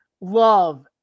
love